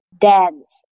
dance